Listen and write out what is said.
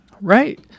right